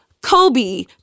Kobe